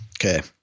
Okay